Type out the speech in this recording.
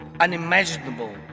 unimaginable